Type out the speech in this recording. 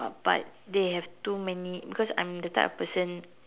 but they have too many because I'm that type of person